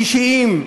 אישיים,